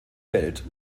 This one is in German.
welt